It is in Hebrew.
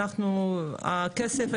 הכסף,